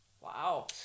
Wow